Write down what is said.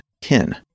kin